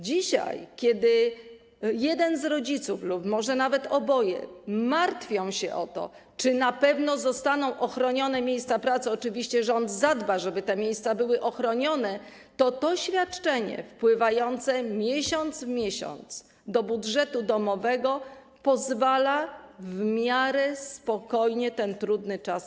Dzisiaj, kiedy jeden z rodziców lub może nawet oboje martwią się o to, czy na pewno zostaną ochronione miejsca pracy - oczywiście rząd zadba o to, żeby te miejsca były ochronione - to świadczenie, wpływające co miesiąc do budżetu domowego, pozwala w miarę spokojnie przejść przez ten trudny czas.